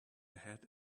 ahead